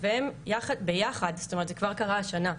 והם ביחד, זאת אומרת זה כבר קרה השנה.